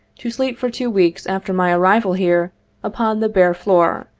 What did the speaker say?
to sleep for two weeks after my arrival here upon the bare floor,